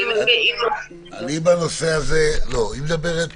היא מדברת